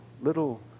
little